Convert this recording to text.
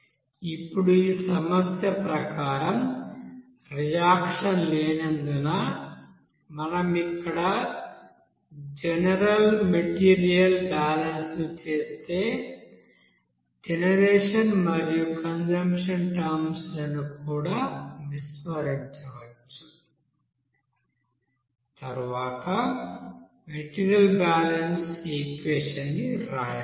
ఇప్పుడు ఈ సమస్య ప్రకారం రియాక్షన్ లేనందున మనం ఇక్కడ జనరల్ మెటీరియల్ బాలన్స్ ను చేస్తే జనరేషన్ మరియు కన్జప్షన్ టర్మ్స్ లను కూడా విస్మరించవచ్చు తరువాత మెటీరియల్ బాలన్స్ ఈక్వెషన్ ని వ్రాయవచ్చు